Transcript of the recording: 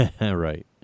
Right